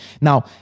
Now